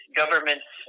governments